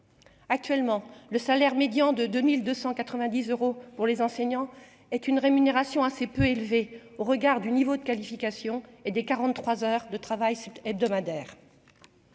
actuellement, le salaire médian de 2290 euros pour les enseignants est une rémunération assez peu élevé au regard du niveau de qualification et des 43 heures de travail hebdomadaire